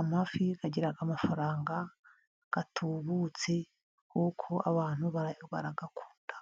Amafi agira amafaranga atubutse kuko abantu barayakunda.